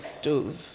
stove